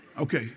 Okay